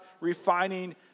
refining